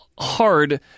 hard